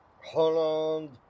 holland